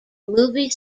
movie